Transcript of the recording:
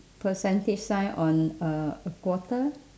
percentage sign on a a quarter